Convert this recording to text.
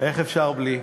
איך אפשר בלי?